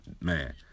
man